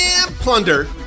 plunder